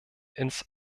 ins